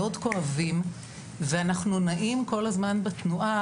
מאוד כואבים ואנחנו נעים כל הזמן בתנועה